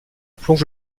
plonge